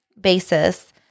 basis